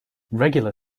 regular